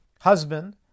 husband